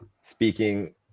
speaking